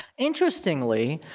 interestingly,